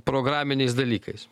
programiniais dalykais